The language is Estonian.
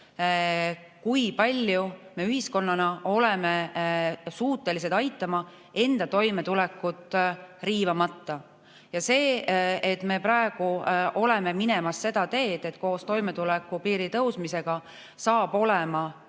kui palju me ühiskonnana oleme suutelised aitama enda toimetulekut riivamata. See, et me praegu oleme minemas seda teed, et koos toimetulekupiiri tõusmisega saab olema